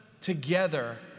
together